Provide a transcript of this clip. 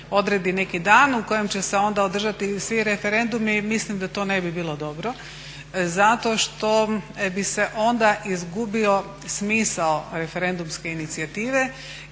odredi neki dan u kojem će se onda održati svi referendumi mislim da to ne bi bilo dobro zato što bi se onda izgubio smisao referendumske inicijative.